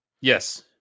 Yes